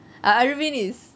ah aravind is